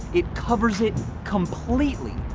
it covers it completely.